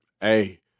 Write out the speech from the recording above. Hey